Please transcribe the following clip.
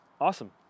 Awesome